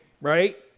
Right